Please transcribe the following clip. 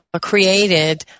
created